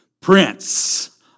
Prince